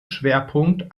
schwerpunkt